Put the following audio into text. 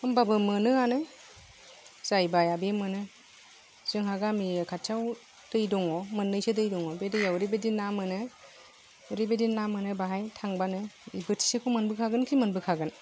होनबाबो मोनोआनो जाय बाया बे मोनो जोंहा गामि खाथिआव दै दङ मोननैसो दै दङ बे दैयाव ओरैबायदि ना मोनो ओरैबायदि ना मोनो बाहाय थांबानो बोथिसेखौ मोनबोखागोन कि मोनबोखागोन